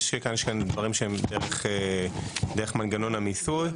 יש כאן דברים שהם דרך מנגנון המיסוי,